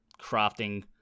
crafting